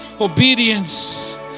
obedience